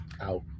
out